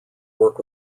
work